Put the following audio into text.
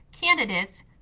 candidates